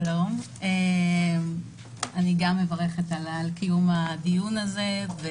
שלום, אני גם מברכת על קיום הדיון הזה.